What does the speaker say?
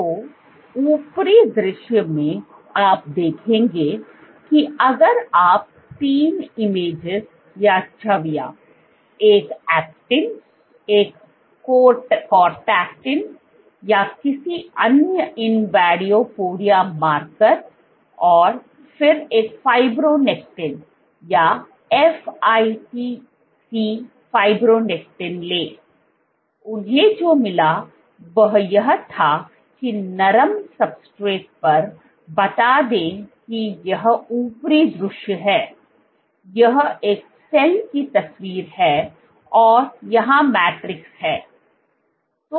तो ऊपरी दृश्य में आप देखेंगे कि अगर आप तीन इमेजेस या छवियों एक actin एक cortactin या किसी अन्य invadopodia मार्कर और फिर एक fibronectins या FITC fibronectin ले उन्हें जो मिला वह यह था कि नरम सब्सट्रेट्स पर बता दें कि यह ऊपरी दृश्य है यह एक सेल की तस्वीर है और यहां मैट्रिक्स है